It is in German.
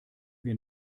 wir